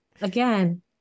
Again